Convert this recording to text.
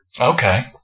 Okay